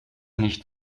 nicht